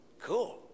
cool